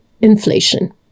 inflation